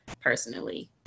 personally